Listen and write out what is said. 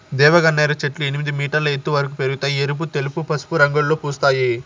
దేవగన్నేరు చెట్లు ఎనిమిది మీటర్ల ఎత్తు వరకు పెరగుతాయి, ఎరుపు, తెలుపు, పసుపు రంగులలో పూస్తాయి